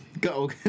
Go